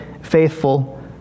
faithful